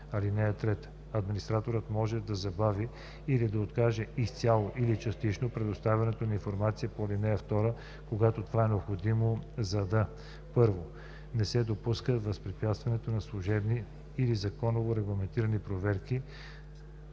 данните. (3) Администраторът може да забави или да откаже изцяло или частично предоставянето на информацията по ал. 2, когато това е необходимо, за да: 1. не се допусне възпрепятстването на служебни или законово регламентирани проверки,